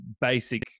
basic